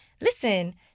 listen